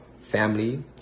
family